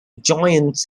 giants